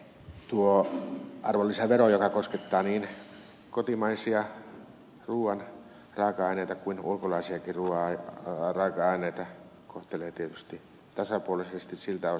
tuo arvonlisävero joka koskettaa niin kotimaisia ruuan raaka aineita kuin ulkolaisiakin ruuan raaka aineita kohtelee tietysti tasapuolisesti siltä osin